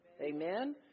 Amen